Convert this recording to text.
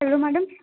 hello madam